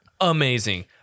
amazing